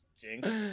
jinx